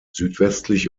südwestlich